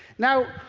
now,